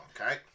Okay